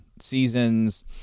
seasons